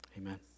Amen